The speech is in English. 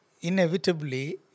inevitably